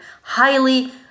highly